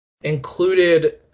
included